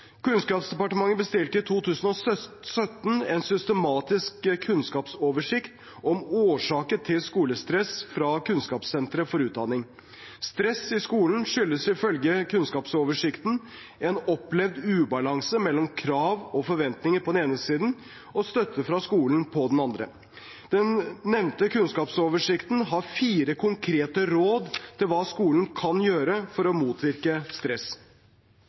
Kunnskapsdepartementet bestilte i 2017 en systematisk kunnskapsoversikt om årsaker til skolestress fra Kunnskapssenter for utdanning. Stress i skolen skyldes ifølge kunnskapsoversikten en opplevd ubalanse mellom krav og forventninger på den ene siden og støtte fra skolen på den andre siden. Den nevnte kunnskapsoversikten har fire konkrete råd til hva skolen kan gjøre for å motvirke stress: